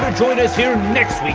join us here next week,